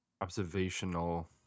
Observational